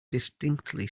distinctly